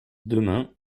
demain